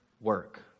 work